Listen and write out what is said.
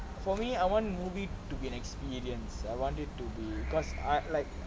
for me I want movie to be an experience I want it to be because like I